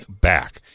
back